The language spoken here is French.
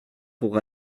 pour